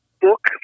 book